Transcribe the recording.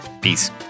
peace